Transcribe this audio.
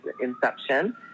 inception